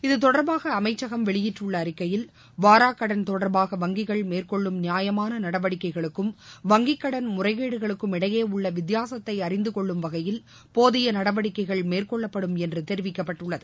இத்தொடர்பாக அமைச்சகம் வெளியிட்டுள்ள அறிக்கையில் வராக்கடன் தொடர்பாக வங்கிகள் மேற்கொள்ளும் நியாயமான நடவடிக்கைகளுக்கும் வங்கிக் கடன் முறைகேடுகளுக்கும் இடையே உள்ள வித்தியாசத்தை அறிந்து கொள்ளும் வகையில் போதிய நடவடிக்கைகள் மேற்கொள்ளப்படும் என்று தெரிவிக்கப்பட்டுள்ளது